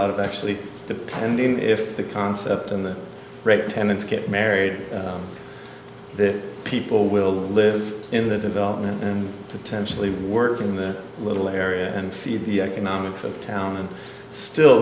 lot of actually depending if the concept and the tenants get married that people will live in the development and potentially work in the little area and feed the economics of town and still